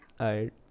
Alright